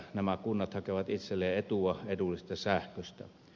nämä kunnat hakevat itselleen etua edullisesta sähköstä